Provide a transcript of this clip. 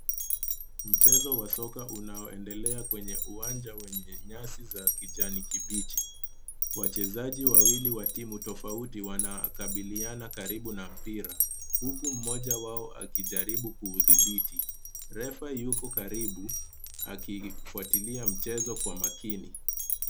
Mchezo wa soka unaoendelea kwenye uwanja wenye nyasi za kijani kibichi. Wachezaji wawili wa timu tofauti wanakabiliana karibu na mpira huku mmoja wao akijaribu kuudhibiti. Refa yuko karibu akifuatilia mcheza kwa makini.